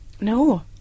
No